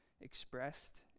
expressed